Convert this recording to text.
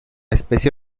especie